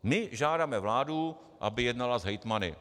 My žádáme vládu, aby jednala s hejtmany.